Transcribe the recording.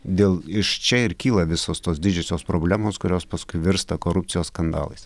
dėl iš čia ir kyla visos tos didžiosios problemos kurios paskui virsta korupcijos skandalais